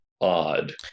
odd